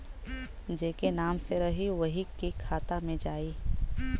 जेके नाम से रही वही के खाता मे जाई